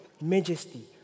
majesty